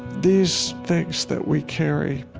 these things that we carry,